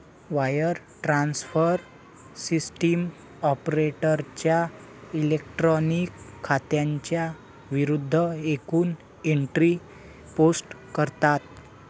wire transfer system ऑपरेटरच्या electronic खात्यांच्या विरूद्ध एकूण एंट्री पोस्ट करतात